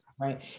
Right